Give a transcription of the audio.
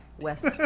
West